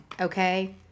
okay